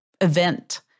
event